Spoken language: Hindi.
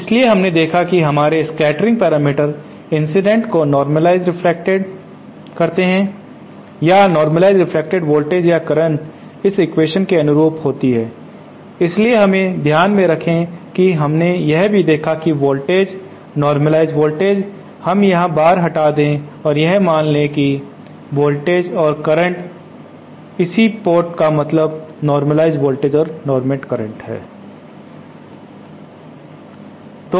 इसलिए हमने देखा कि हमारे स्कैटरिंग पैरामीटर इंसिडेंट को नोर्मलिज़ेड रेफ्लेक्टेड करते हैं या नोर्मलिज़ेड रेफ्लेक्टेड वोल्टेज या करंट इस एक्वेशन के अनुरूप होती है इसलिए हमें ध्यान में रखें और हमने यह भी देखा कि वोल्टेज नोर्मलिज़ेड वोल्टेज हम यहां बार हटा दें और यह मान लें कि V और I इसलिए पोर्ट का मतलब नोर्मलिज़ेड वोल्टेज और करंट है